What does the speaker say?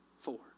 four